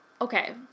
okay